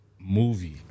Movie